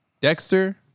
Dexter